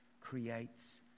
creates